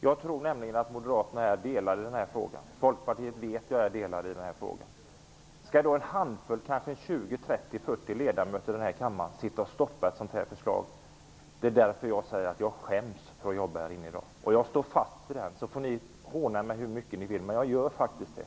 Jag tror nämligen att Moderaterna är delade i denna fråga, och jag vet att Folkpartiet är delat. Skall då en handfull ledamöter här i kammaren, kanske 20--40 stycken, stoppa ett sådant förslag? Det är därför jag säger att jag skäms för att jobba här i dag, och det står jag för. Ni får håna mig hur mycket ni vill, men jag gör faktiskt det.